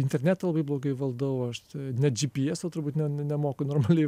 internetą labai blogai valdau aš net džy py eso turbūt ne nemoku normaliai